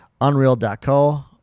Unreal.co